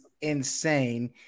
insane